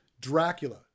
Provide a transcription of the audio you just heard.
Dracula